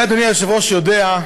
אולי אדוני היושב-ראש יודע,